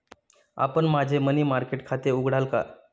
आपण माझे money market खाते उघडाल का?